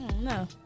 No